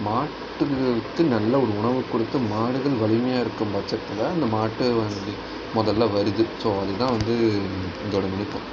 மாட்டுகளுக்கு நல்ல ஒரு உணவு கொடுத்து மாடுகள் வலிமையாக இருக்கும் பட்சத்தில் அந்த மாட்டுவண்டி மொதலில் வருது ஸோ அதுதான் இதோடய நுணுக்கம்